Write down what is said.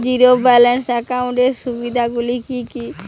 Zero balance একাউন্টের সুবিধা গুলি কি কি?